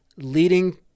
leading